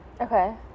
Okay